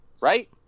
Right